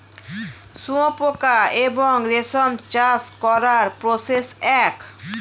শুয়োপোকা এবং রেশম চাষ করার প্রসেস এক